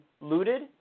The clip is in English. looted